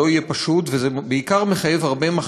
זה לא יהיה פשוט,